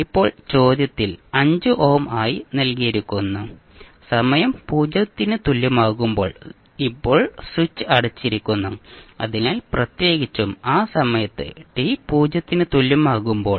ഇപ്പോൾ ചോദ്യത്തിൽ 5 ഓം ആയി നൽകിയിരിക്കുന്നു സമയം 0 ന് തുല്യമാകുമ്പോൾ ഇപ്പോൾ സ്വിച്ച് അടച്ചിരിക്കുന്നു അതിനാൽ പ്രത്യേകിച്ചും ആ സമയത്ത് ടി 0 ന് തുല്യമാകുമ്പോൾ